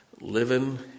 Living